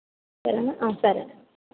సరేనా సరేనండి